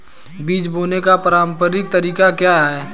बीज बोने का पारंपरिक तरीका क्या है?